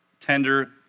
tender